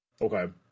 okay